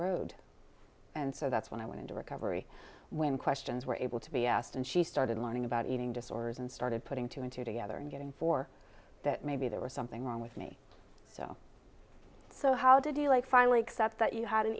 road and so that's when i went into recovery when questions were able to be asked and she started learning about eating disorders and started putting two and two together and getting for that maybe there was something wrong with me so so how did you like finally concept that you had an